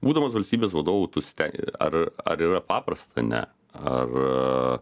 būdamas valstybės vadovu tu sten ar ar yra paprasta ne ar